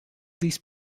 these